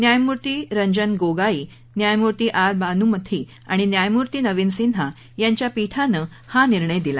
न्यायमूर्ती रंजन गोगाई न्यायमूर्ती आर बानूमथी आणि न्यायमूर्ती नविन सिन्हा यांच्या पीठानं हा निर्णय दिला